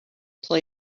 play